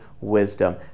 wisdom